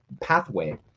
pathway